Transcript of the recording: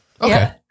Okay